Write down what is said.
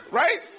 right